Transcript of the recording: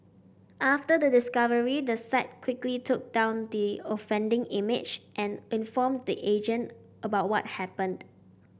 after the discovery the site quickly took down the offending image and informed the agent about what happened